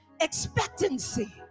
expectancy